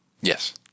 Yes